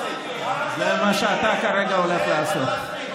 זה מה שאתה כרגע הולך לעשות.